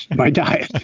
my diet.